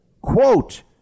Quote